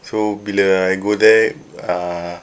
so bila I go there ah